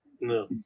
No